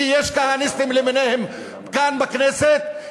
כי יש כהניסטים למיניהם גם בכנסת,